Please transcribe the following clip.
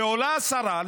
ועולה השרה,